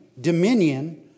dominion